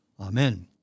Amen